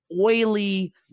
oily